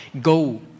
go